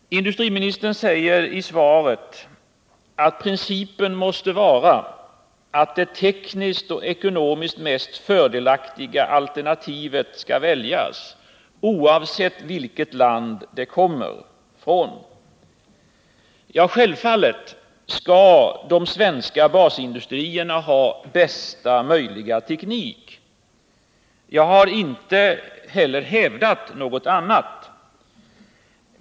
Industriministern säger i sitt svar att principen måste vara att det tekniskt och ekonomiskt mest fördelaktiga alternativet väljs oavsett från vilket land utrustningen kommer. Ja, självfallet skall de svenska basindustrierna ha bästa möjliga teknik. Jag har inte hävdat något annat.